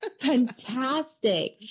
fantastic